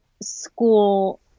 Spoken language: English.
school